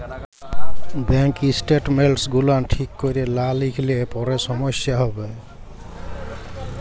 bank statements গুলান ঠিক ক্যরে লা লিখলে পারে সমস্যা হ্যবে